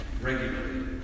regularly